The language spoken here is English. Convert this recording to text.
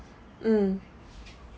mm